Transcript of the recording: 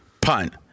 punt